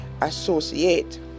associate